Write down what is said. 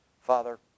Father